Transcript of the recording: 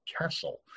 castle